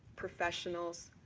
professionals,